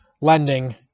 lending